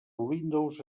windows